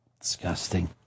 Disgusting